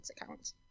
accounts